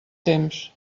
temps